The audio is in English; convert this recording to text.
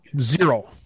Zero